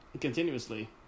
continuously